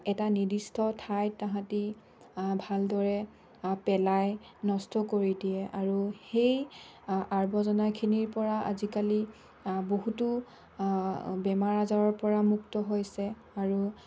এটা নিৰ্দিষ্ট ঠাইত তাহাঁতি ভালদৰে পেলাই নষ্ট কৰি দিয়ে আৰু সেই আৱৰ্জনাখিনিৰ পৰা আজিকালি বহুতো বেমাৰ আজাৰৰ পৰা মুক্ত হৈছে আৰু